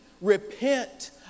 repent